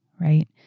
right